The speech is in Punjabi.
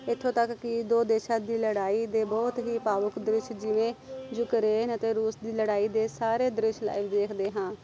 ਇੱਥੋਂ ਤੱਕ ਕਿ ਦੋ ਦੇਸ਼ਾਂ ਦੀ ਲੜਾਈ ਦੇ ਬਹੁਤ ਹੀ ਭਾਵੁਕ ਦ੍ਰਿਸ਼ ਜਿਵੇਂ ਯੂਕਰੇਨ ਅਤੇ ਰੂਸ ਦੀ ਲੜਾਈ ਦੇ ਸਾਰੇ ਦ੍ਰਿਸ਼ ਲਾਈਵ ਦੇਖਦੇ ਹਾਂ